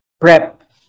prep